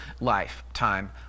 lifetime